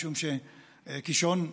משום שהקישון,